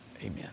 Amen